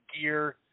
gear